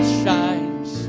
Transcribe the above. shines